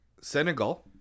Senegal